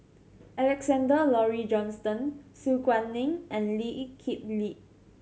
Alexander Laurie Johnston Su Guaning and Lee Kip Lee